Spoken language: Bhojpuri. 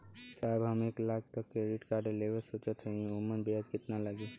साहब हम एक लाख तक क क्रेडिट कार्ड लेवल सोचत हई ओमन ब्याज कितना लागि?